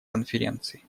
конференции